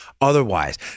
otherwise